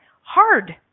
hard